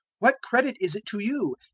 what credit is it to you?